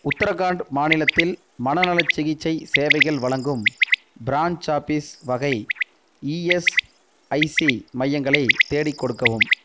உத்தரகாண்ட் மாநிலத்தில் மனநலச் சிகிச்சை சேவைகள் வழங்கும் பிரான்ச் ஆஃபீஸ் வகை இஎஸ்ஐசி மையங்களை தேடிக் கொடுக்கவும்